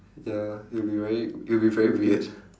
ya it would be very it would be very weird